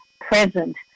present